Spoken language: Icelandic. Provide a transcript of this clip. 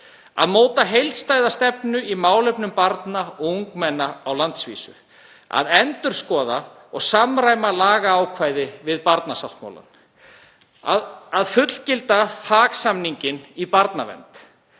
að móta heildstæða stefnu í málefnum barna og ungmenna á landsvísu, að endurskoða og samræma lagaákvæði við barnasáttmálann, að fullgilda Haag-samninginn í barnavernd,